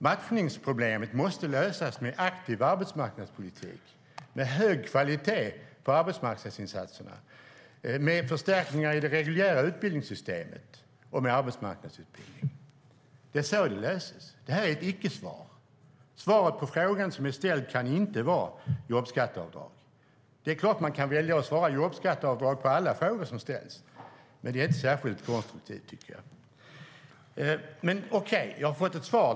Matchningsproblemet måste lösas med en aktiv arbetsmarknadspolitik, med en hög kvalitet på arbetsmarknadsinsatserna, med förstärkningar i det reguljära utbildningssystemet och med arbetsmarknadsutbildning. Det är så det löses. Det här är ett icke-svar. Svaret på den fråga som är ställd kan inte vara jobbskatteavdrag. Det är klart att man kan välja att svara jobbskatteavdrag på alla frågor som ställs, men det är inte särskilt konstruktivt, tycker jag. Men, okej, jag har fått ett svar.